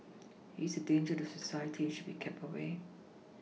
he is a danger to society and should be kept away